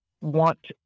want